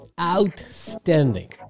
outstanding